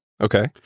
Okay